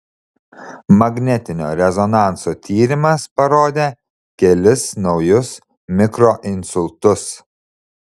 magnetinio rezonanso tyrimas parodė kelis naujus mikroinsultus